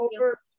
over